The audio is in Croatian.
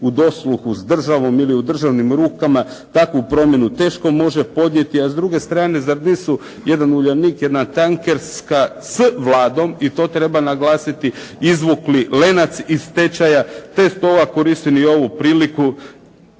u dosluhu sa državom ili u državnim rukama takvu promjenu teško može podnijeti a s druge strane zar nisu jedan Uljanik, jedna tankerska s Vladom, i to treba naglasiti, izvukli Lenac iz stečaja. Te stoga koristim i ovu priliku